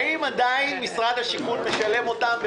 האם עדיין משרד השיכון משלם אותן?